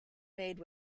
made